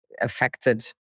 affected